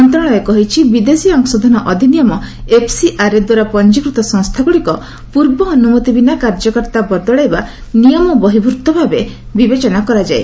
ମନ୍ତ୍ରଶାଳୟ କହିଛି ବିଦେଶୀ ଅଂଶଧନ ଅଧିନିୟମ ଏଫ୍ସିଆର୍ଏଦ୍ୱାରା ପଞ୍ଜିକୃତ ସଂସ୍ଥାଗୁଡ଼ିକ ପୂର୍ବ ଅନୁମତି ବିନା କାର୍ଯ୍ୟକର୍ତ୍ତା ବଦଳାଇବା ନିୟମ ବହିର୍ଭୁତ କାର୍ଯ୍ୟ ଭାବେ ବିବେଚନା କରାଯାଏ